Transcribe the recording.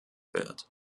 wird